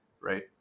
right